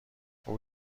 اون